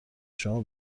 شما